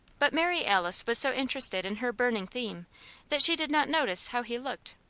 but mary alice was so interested in her burning theme that she did not notice how he looked.